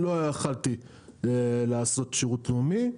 לא יכולתי לעשות שירות לאומי.